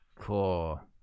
Cool